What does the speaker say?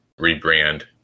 rebrand